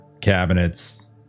Cabinets